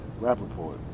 Rappaport